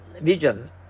Vision